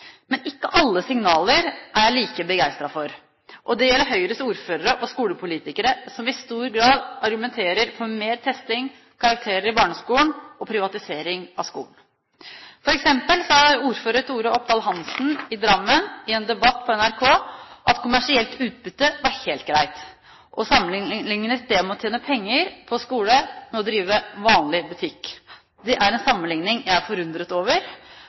Men ikke alle signaler er jeg like begeistret for, og det gjelder Høyres ordførere og skolepolitikere, som i stor grad argumenterer for mer testing, karakterer i barneskolen og privatisering av skolen. For eksempel sa ordfører Tore Opdal Hansen i Drammen i en debatt på NRK at kommersielt utbytte var helt greit, og sammenlignet det å tjene penger på skole med å drive vanlig butikk. Det er en sammenligning jeg er forundret over.